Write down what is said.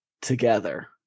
together